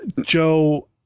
Joe